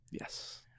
Yes